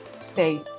stay